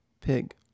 pig